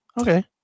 okay